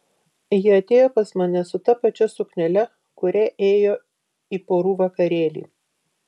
ji atėjo pas mane su ta pačia suknele kuria ėjo į porų vakarėlį